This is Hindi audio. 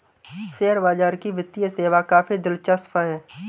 शेयर बाजार की वित्तीय सेवा काफी दिलचस्प है